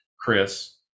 Chris